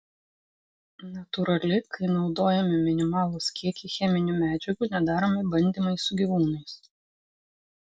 natūrali kai naudojami minimalūs kiekiai cheminių medžiagų nedaromi bandymai su gyvūnais